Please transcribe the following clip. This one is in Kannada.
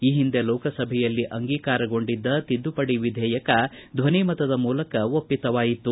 ಈ ಹಿಂದೆ ಲೋಕಸಭೆಯಲ್ಲಿ ಅಂಗೀಕಾರಗೊಂಡಿದ್ದ ತಿದ್ದುಪಡಿ ವಿಧೇಯಕ ಧ್ವನಿಮತದ ಮೂಲಕ ಒಪ್ಪಿತವಾಯಿತು